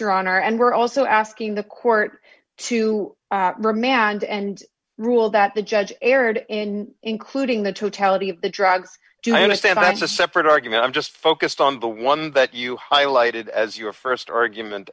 your honor and we're also asking the court to remand and rule that the judge erred in including the totality of the drugs do i understand i just separate argument i'm just focused on the one that you highlighted as your st argument